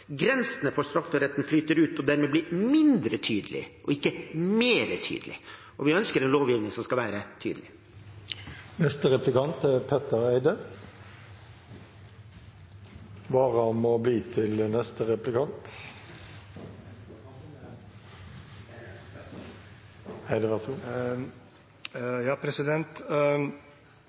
grensene for strafferetten flyter ut, og dermed blir mindre tydelige, og ikke mer tydelige. Og vi ønsker en lovgivning som skal være tydelig. Denne saken er veldig komplisert, og nå ser det ut til at vi taper voteringen om å